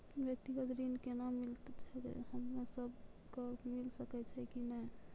व्यक्तिगत ऋण केना मिलै छै, हम्मे सब कऽ मिल सकै छै कि नै?